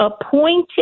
appointed